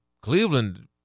Cleveland